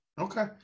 Okay